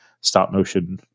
stop-motion